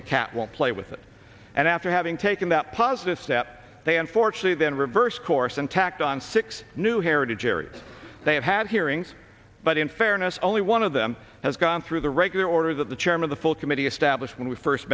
the cat won't play with it and after having taken that positive step they unfortunately then reversed course and tacked on six new heritage areas they have had hearings but in fairness only one of them has gone through the regular order that the chairman the full committee established when we first